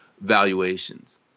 valuations